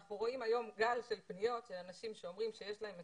אנחנו רואים היום גל של פניות של אנשים שאומרים שיש להם מצוקה.